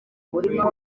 bubiligi